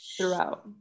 throughout